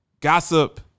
gossip